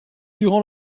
durant